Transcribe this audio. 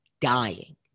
dying